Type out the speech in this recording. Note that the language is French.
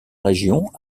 région